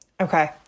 Okay